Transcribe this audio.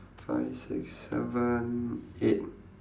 five six seven eight